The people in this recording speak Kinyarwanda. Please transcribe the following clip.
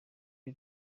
y’u